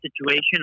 situation